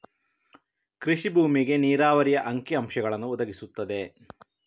ಕೃಷಿ ಭೂಮಿಗೆ ನೀರಾವರಿಯ ಅಂಕಿ ಅಂಶಗಳನ್ನು ಒದಗಿಸುತ್ತದೆ